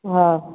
हा